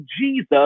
Jesus